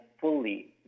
fully